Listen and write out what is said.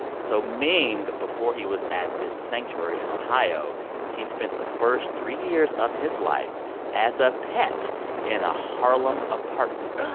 so ming, before he was at this sanctuary in ohio he spent the first three years of his life as a pet in a harlem apartment